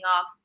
off